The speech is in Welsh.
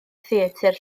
theatr